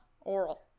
Oral